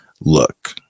look